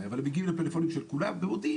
אבל הם מגיעים למספרי הטלפון של כולם ומודיעים.